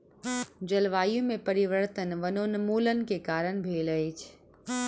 जलवायु में परिवर्तन वनोन्मूलन के कारण भेल अछि